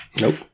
Nope